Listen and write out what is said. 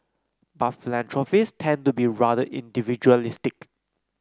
but philanthropist tend to be rather individualistic